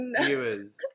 viewers